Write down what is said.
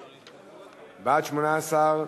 18,